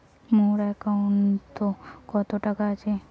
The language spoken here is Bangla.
মোর একাউন্টত কত টাকা আছে?